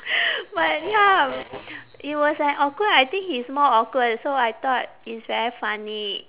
but ya it was an awkward I think he's more awkward so I thought it's very funny